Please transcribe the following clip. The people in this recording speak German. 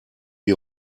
die